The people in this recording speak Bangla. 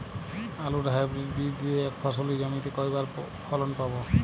আলুর হাইব্রিড বীজ দিয়ে এক ফসলী জমিতে কয়বার ফলন পাব?